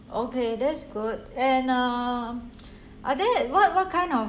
okay that's good and uh are there what what kind of